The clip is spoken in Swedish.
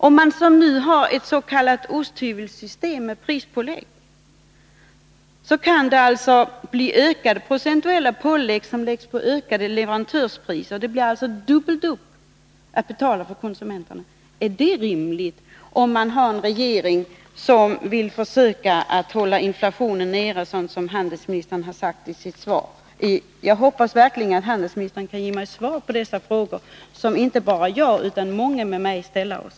Om man som nu har ett s.k. osthyvelssystem med prispålägg, kan det bli så att ökade procentuella pålägg läggs på ökade leverantörspriser och det alltså blir dubbelt upp att betala för konsumenterna. Är det rimligt, om man har en regering som vill försöka hålla inflationen nere, såsom handelsministern har sagt i sitt svar? Jag hoppas verkligen att handelsministern kan ge mig svar på dessa frågor, som inte bara jag utan många med mig ställer.